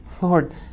lord